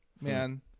man